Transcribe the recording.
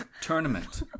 Tournament